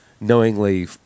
knowingly